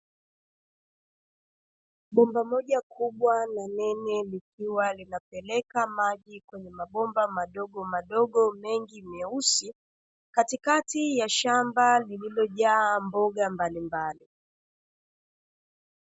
Bomba moja kubwa na nene likiwa linapeleka maji kwenye mabomba madogomadogo mengi meusi katikati ya shamba lililojaa mboga mbalimbali.